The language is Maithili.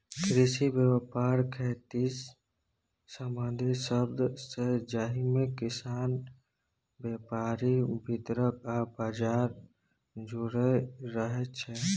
कृषि बेपार खेतीसँ संबंधित शब्द छै जाहिमे किसान, बेपारी, बितरक आ बजार जुरल रहय छै